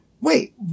wait